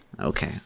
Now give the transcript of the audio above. Okay